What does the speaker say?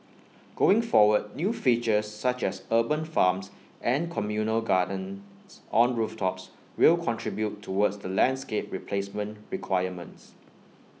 going forward new features such as urban farms and communal gardens on rooftops will contribute towards the landscape replacement requirements